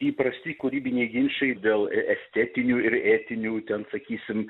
įprasti kūrybiniai ginčai dėl e estetinių ir ėtinių ten sakysim